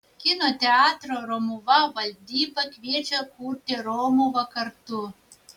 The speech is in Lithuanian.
kino teatro romuva valdyba kviečia kurti romuvą kartu